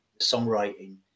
songwriting